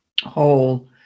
whole